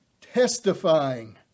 testifying